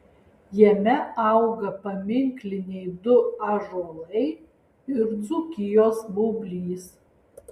jame auga paminkliniai du ąžuolai ir dzūkijos baublys